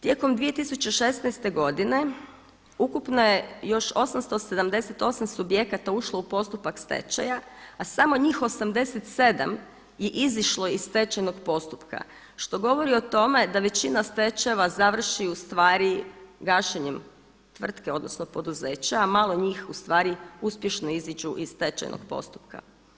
Tijekom 2016. godine ukupno je još 878 subjekata ušlo u postupak stečaja, a samo njih 87 je izišlo iz stečajnog postupka što govori o tome da većina stečajeva završi u stvari gašenjem tvrtke, odnosno poduzeća, a malo njih u stvari uspješno iziđu iz stečajnog postupka.